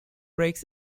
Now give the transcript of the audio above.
breaks